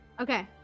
Okay